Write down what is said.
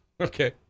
okay